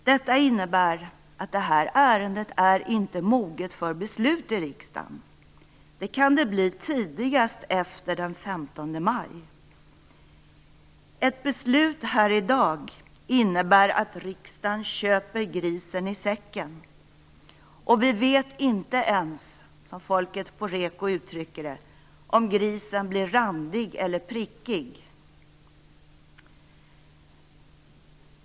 Detta innebär att detta ärende inte är moget för beslut i riksdagen. Det kan det bli tidigast efter den 15 maj. Ett beslut här i dag innebär att riksdagen köper grisen i säcken. Och vi vet inte ens, som folket på REKO uttrycker det, om grisen blir randig eller prickig.